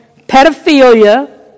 pedophilia